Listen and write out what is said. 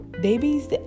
babies